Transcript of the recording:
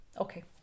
Okay